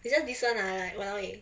you just this [one] lah !walao! eh